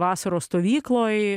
vasaros stovykloj